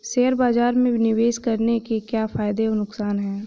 Share बाज़ार में निवेश करने के क्या फायदे और नुकसान हैं?